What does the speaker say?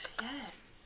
yes